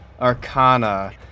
Arcana